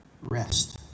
rest